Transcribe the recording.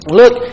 look